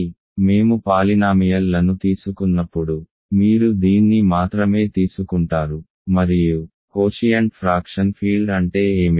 కాబట్టి మేము పాలినామియల్ లను తీసుకున్నప్పుడు మీరు దీన్ని మాత్రమే తీసుకుంటారు మరియు కోషియంట్ ఫ్రాక్షన్ ఫీల్డ్ అంటే ఏమిటి